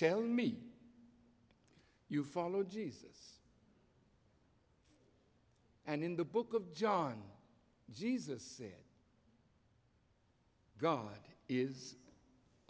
tell me you follow jesus and in the book of john jesus say god is